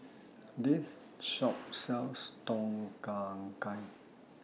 This Shop sells Tom Kha Gai